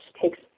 takes